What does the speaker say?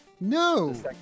No